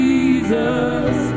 Jesus